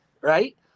right